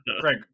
Greg